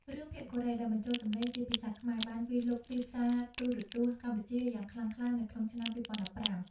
រឿងភាគកូរ៉េដែលបញ្ចូលសំឡេងជាភាសាខ្មែរបានវាយលុកទីផ្សារទូរទស្សន៍កម្ពុជាយ៉ាងខ្លាំងក្លានៅក្នុងឆ្នាំ ២០១៥។